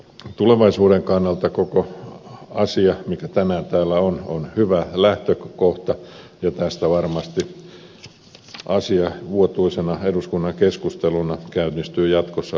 tulevaisuuden kannalta koko asia mikä tänään täällä on on hyvä lähtökohta ja tästä varmasti asia vuotuisena eduskunnan keskusteluna käynnistyy jatkossa